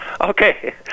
Okay